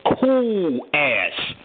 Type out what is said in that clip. cool-ass